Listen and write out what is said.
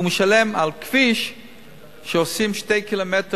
הוא משלם על כביש שעושים 2 ק"מ,